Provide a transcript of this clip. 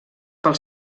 pel